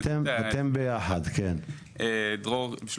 נתחיל